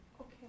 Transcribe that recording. Okay